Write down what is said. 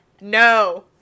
No